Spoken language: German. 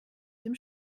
dem